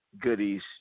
goodies